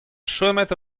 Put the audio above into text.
chomet